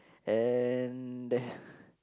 and there